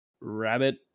rabbit